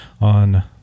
on